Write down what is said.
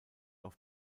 auf